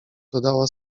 dodała